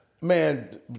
Man